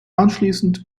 anschließend